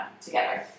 together